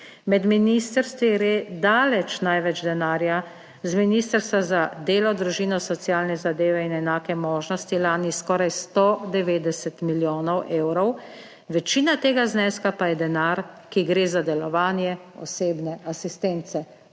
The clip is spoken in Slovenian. Med ministrstvi gre daleč največ denarja z ministrstva za delo, družino, socialne zadeve in enake možnosti, lani skoraj 190 milijonov evrov. Večina tega zneska pa je denar, ki gre za delovanje osebne asistence.